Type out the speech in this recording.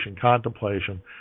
contemplation